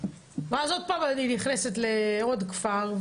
ואז עוד פעם אני נכנסת לעוד כפר,